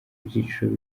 ibyiciro